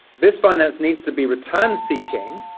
this finance needs to be return-seeking,